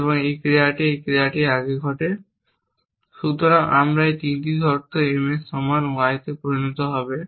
এবং এই ক্রিয়াটি এই ক্রিয়াটির আগে ঘটে। সুতরাং এই 3টি শর্তটি M এর সমান y তে পরিণত হবে